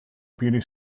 beauty